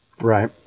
Right